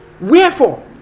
wherefore